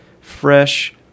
fresh